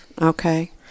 Okay